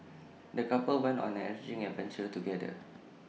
the couple went on an enriching adventure together